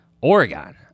Oregon